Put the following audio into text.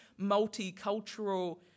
multicultural